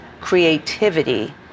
creativity